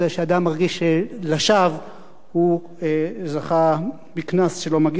שאדם מרגיש שלשווא הוא זכה בקנס שאינו מגיע לו.